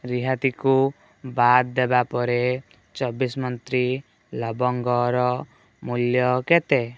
ରିହାତିକୁ ବାଦ୍ ଦେବା ପରେ ଚବିଶ ମନ୍ତ୍ରୀ ଲବଙ୍ଗର ମୂଲ୍ୟ କେତେ